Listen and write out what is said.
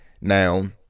Now